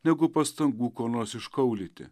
negu pastangų ko nors iškaulyti